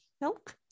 milk